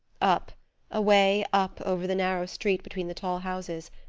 up away up, over the narrow street between the tall houses,